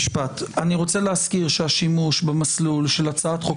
אני רוצה להזכיר שהשימוש במסלול של הצעת חוק